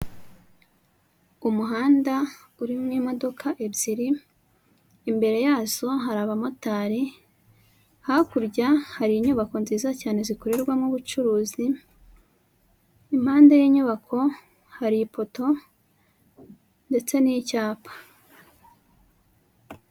Umuhanda urimo imodoka ebyiri, imbere yazo hari abamotari, hakurya hari inyubako nziza cyane zikorerwamo ubucuruzi, impande y'inyubako hari ipoto ndetse n'icyapa.